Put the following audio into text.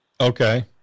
Okay